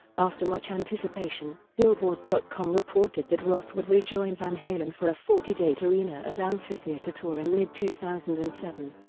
after much anticipation, billboard dot com reported that roth would rejoin van halen for a forty date arena and amphitheater tour in mid two thousand and seven.